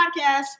podcast